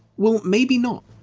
well, maybe not.